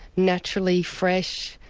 naturally fresh,